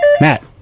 Matt